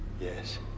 Yes